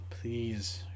please